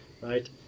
right